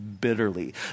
bitterly